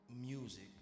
music